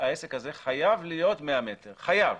שהעסק הזה חייב להיות 100 מטרים, חייב,